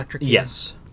yes